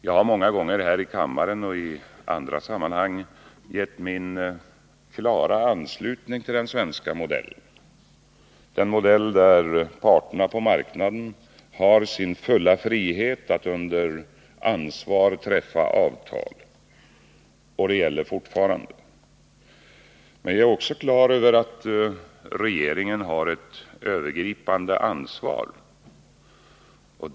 Jag har många gånger här i kammaren och i andra sammanhang givit min klara anslutning till den svenska modellen — den modell där parterna på arbetsmarknaden har sin fulla frihet att under ansvar träffa avtal — och det gör jag fortfarande. Men jag är också klar över att regeringen har ett övergripande ansvar.